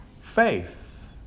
faith